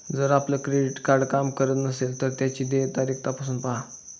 जर आपलं credit card काम करत नसेल तर त्याची देय तारीख तपासून पाहा